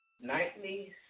Nightly